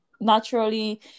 naturally